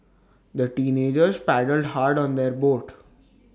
the teenagers paddled hard on their boat